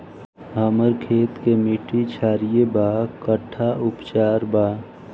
हमर खेत के मिट्टी क्षारीय बा कट्ठा उपचार बा?